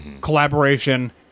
collaboration